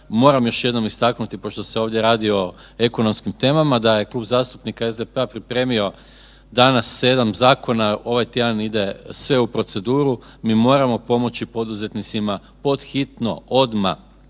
moram još jednom istaknuti pošto se ovdje radi o ekonomskim temama da je Klub zastupnika SDP-a pripremio danas 7 zakona, ovaj tjedan ide sve u proceduru, mi moramo pomoći poduzetnicima pod hitno, odmah.